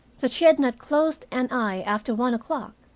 that she had not closed an eye after one o'clock!